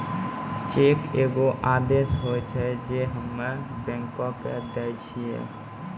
cheque एगो आदेश होय छै जे हम्मे बैंको के दै छिये